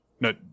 no